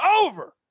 over